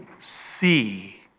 see